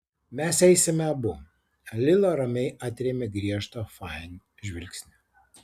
mes eisime abu lila ramiai atrėmė griežtą fain žvilgsnį